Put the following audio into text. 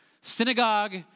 synagogue